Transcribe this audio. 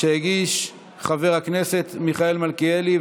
שהגיש חבר הכנסת מיכאל מלכיאלי,